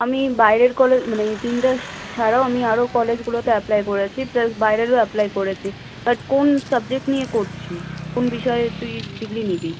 আমি বাইরের কলেজ মানে তিনটা ছাড়াও আমি আরও কলেজগুলোতে অ্যাপ্লাই করেছি প্লাস বাইরেরও অ্যাপ্লাই করেছি বাট কোন সাবজেক্ট নিয়ে করছিস কোন বিষয়ে তুই ডিগ্রি নিবি